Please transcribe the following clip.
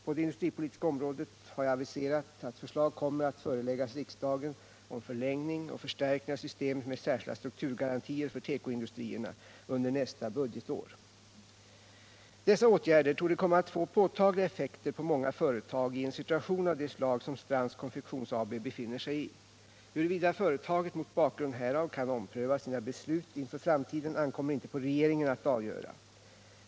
På det industripolitiska området har jag aviserat att förslag kommer att föreläggas riksdagen om förlängning och förstärkning av systemet med särskilda strukturgarantier för tekoindustrierna under nästa budgetår. Dessa åtgärder torde komma att få påtagliga effekter på många företag i en situation av det slag som Strands Konfektions AB befinner sig i. Huruvida företaget mot bakgrund härav kan ompröva sina beslut inför framtiden ankommer inte på regeringen att avgöra.